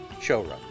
showroom